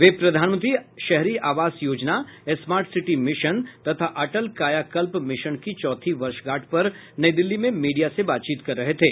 वे प्रधानमंत्री शहरी आवास योजना स्मार्ट सिटी मिशन तथा अटल कायाकल्प मिशन की चौथी वर्षगांठ पर नई दिल्ली में मीडिया से बातचीत कर रहे थे